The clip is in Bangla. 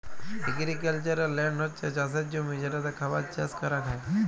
এগ্রিক্যালচারাল ল্যান্ড হছ্যে চাসের জমি যেটাতে খাবার চাস করাক হ্যয়